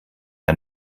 der